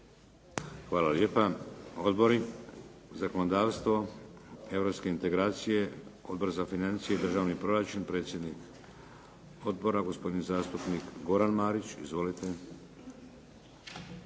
Hvala lijepa. Odbori. Zakonodavstvo? Europske integracije? Odbor za financije i državni proračun, predsjednik Odbora gospodin zastupnik Goran Marić. Izvolite.